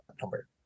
number